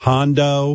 Hondo